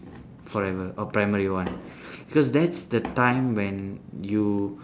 forever or primary one because that's the time when you